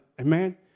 Amen